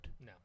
No